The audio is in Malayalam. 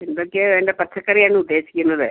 എന്തൊക്കെയാണ് വേണ്ടത് പച്ചക്കറി ആണ് ഉദ്ദേശിക്കുന്നത്